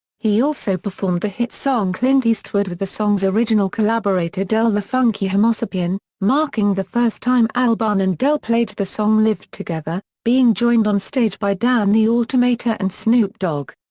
he also performed the hit song clint eastwood with the song's original collaborator del the funky homosapien, marking the first time albarn and del played the song live together, being joined on stage by dan the automator and snoop dogg.